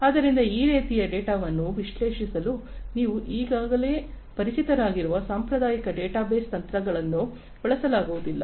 ಆದ್ದರಿಂದ ಈ ರೀತಿಯ ಡೇಟಾವನ್ನು ವಿಶ್ಲೇಷಿಸಲು ನೀವು ಈಗಾಗಲೇ ಪರಿಚಿತವಾಗಿರುವ ಸಾಂಪ್ರದಾಯಿಕ ಡೇಟಾಬೇಸ್ ತಂತ್ರಗಳನ್ನು ಬಳಸಲಾಗುವುದಿಲ್ಲ